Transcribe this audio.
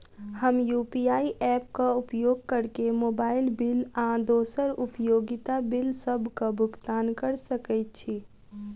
हम UPI app क उपयोग करके मोबाइल बिल आ दोसर उपयोगिता बिलसबक भुगतान कर सकइत छि